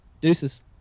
Deuces